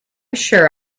sure